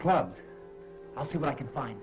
clubs i'll see what i can find